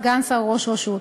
סגן שר או ראש רשות.